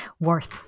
worth